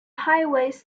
highways